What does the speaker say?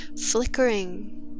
flickering